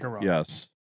Yes